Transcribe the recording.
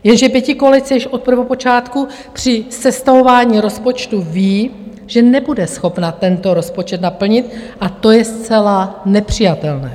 Jenže pětikoalice již od prvopočátku při sestavování rozpočtu ví, že nebude schopna tento rozpočet naplnit, a to je zcela nepřijatelné.